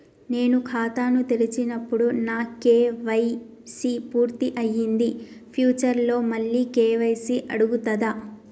నేను ఖాతాను తెరిచినప్పుడు నా కే.వై.సీ పూర్తి అయ్యింది ఫ్యూచర్ లో మళ్ళీ కే.వై.సీ అడుగుతదా?